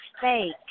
fake